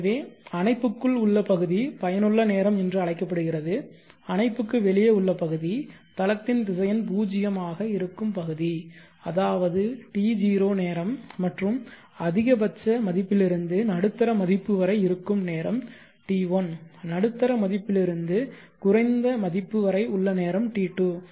எனவே அணைப்புக்குள் உள்ள பகுதி பயனுள்ள நேரம் என்று அழைக்கப்படுகிறது அணைப்புக்கு வெளியே உள்ள பகுதி தளத்தின் திசையன் பூஜ்ஜியமாக இருக்கும் பகுதி அதாவது T0 நேரம் மற்றும் அதிகபட்ச மதிப்பிலிருந்து நடுத்தர மதிப்பு வரை இருக்கும் நேரம் T1 நடுத்தர மதிப்பிலிருந்து குறைந்த மதிப்பு வரை உள்ள நேரம் T2